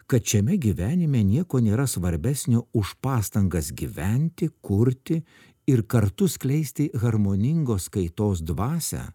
kad šiame gyvenime nieko nėra svarbesnio už pastangas gyventi kurti ir kartu skleisti harmoningos kaitos dvasią